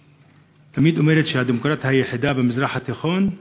ותמיד אומרת שהיא הדמוקרטיה היחידה במזרח התיכון,